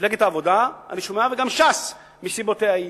מפלגת העבודה, אני שומע, וגם ש"ס, מסיבותיה שלה.